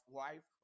wife